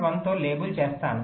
1 తో లేబుల్ చేసాను